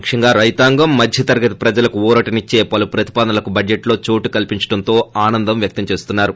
ముఖ్యంగా రైతాంగం మధ్యతరగతి ప్రజలకు ఊరటనిచ్చే పలు ప్రతిపాదనలకు బడ్లెట్లో చోటు కల్సించడంతో ఆనందం వ్యక్తం చేసున్నారు